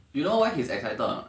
you know why he's excited or not